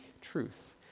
truth